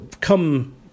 Come